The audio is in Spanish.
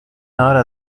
ahora